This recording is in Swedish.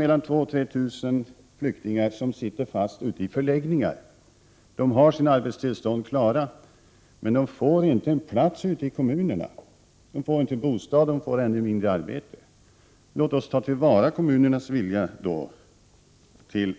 Mellan 2 000 och 3 000 flyktingar sitter fast ute i förläggningar. De har sina arbetstillstånd klara, men de får inte en plats ute i kommunerna — de får inte bostad, och ännu mindre arbete. Låt oss då ta till vara kommunernas vilja